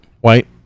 white